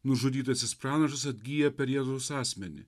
nužudytasis pranašas atgyja per jėzaus asmenį